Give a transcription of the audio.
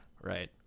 Right